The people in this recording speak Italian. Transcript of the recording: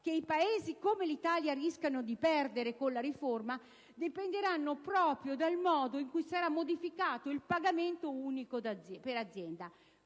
che i Paesi come l'Italia rischiano di perdere con la riforma dipenderanno proprio dal modo con cui sarà modificato il pagamento unico per azienda.